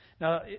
Now